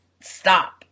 stop